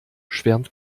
schwärmt